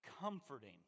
comforting